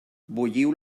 bulliu